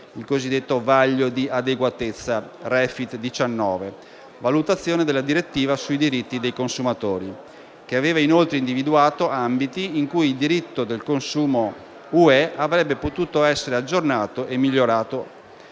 (il cosiddetto «vaglio di adeguatezza» REFIT19, valutazione della direttiva sui diritti dei consumatori), che aveva inoltre individuato ambiti in cui il diritto del consumo UE avrebbe potuto essere aggiornato e migliorato.